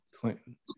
Clinton